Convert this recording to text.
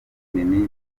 mimi